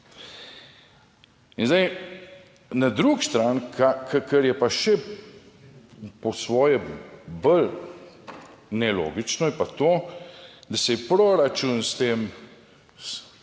In zdaj na drugi strani, kar je pa še po svoje bolj nelogično, je pa to, da se je proračun s tem,